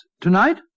tonight